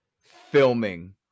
filming